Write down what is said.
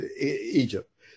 Egypt